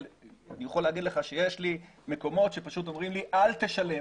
אני יכול להגיד לך שיש מקומות שפשוט אומרים לי אל תשלם